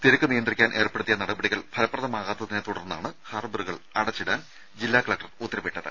തിരക്ക് നിയന്ത്രിക്കാൻ നടപടികൾ ഏർപ്പെടുത്തിയ ഫലപ്രദമാകാത്തതിനെത്തുടർന്നാണ് ഹാർബറുകൾ അടച്ചിടാൻ ജില്ലാ കലക്ടർ ഉത്തരവിട്ടത്